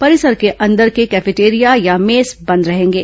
परिसर के अंदर के कैफेटेरिया या मेस बंद रहेंगे